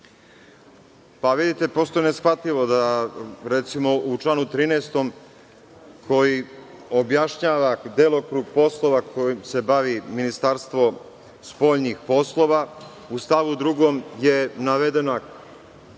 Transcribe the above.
Krasić** Prosto je neshvatljivo da u članu 13, koji objašnjava delokrug poslova kojim se bavi Ministarstvo spoljnih poslova, u stavu 2. je navedeno